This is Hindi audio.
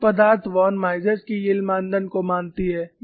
कुछ पदार्थ वॉन माइस के यील्ड मानदंड को मानती है